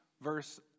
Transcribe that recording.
verse